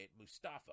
Mustafa